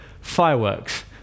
fireworks